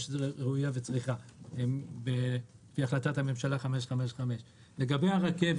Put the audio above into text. שראוי וצריך להיות לפי החלטת הממשלה 555. לגבי הרכבת